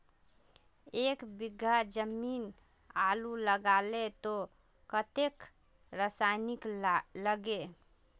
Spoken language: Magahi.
एक बीघा जमीन आलू लगाले तो कतेक रासायनिक लगे?